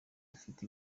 dufite